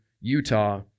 Utah